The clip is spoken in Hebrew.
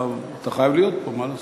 אתה חייב להיות, מה לעשות.